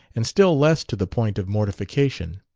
and still less to the point of mortification.